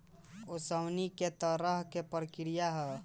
ओसवनी एक तरह के प्रक्रिया ह